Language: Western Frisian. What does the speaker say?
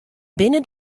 binne